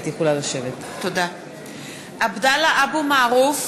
(קוראת בשמות חברי הכנסת) עבדאללה אבו מערוף,